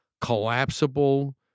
collapsible